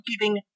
giving